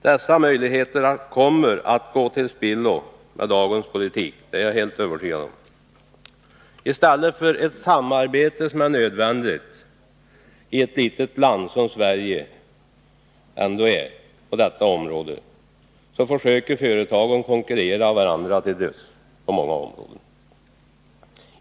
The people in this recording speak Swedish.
Dessa möjligheter kommer att gå till spillo med dagens politik — det är jag helt övertygad om. I stället för att samarbeta, något som är nödvändigt i ett litet land som Sverige ändå är på detta område, så försöker företagen konkurrera varandra till döds.